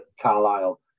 carlisle